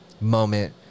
Moment